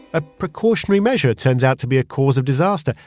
a precautionary measure turns out to be a cause of disaster.